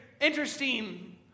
interesting